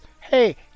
hey